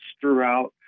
throughout